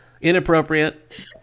Inappropriate